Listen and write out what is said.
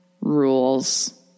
rules